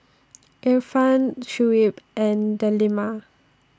Irfan Shuib and Delima